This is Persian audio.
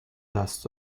دست